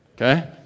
Okay